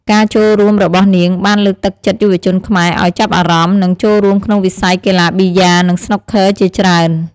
ការចូលរួមរបស់នាងបានលើកទឹកចិត្តយុវជនខ្មែរឱ្យចាប់អារម្មណ៍ និងចូលរួមក្នុងវិស័យកីឡាប៊ីយ៉ា និងស្នូកឃ័រជាច្រើន។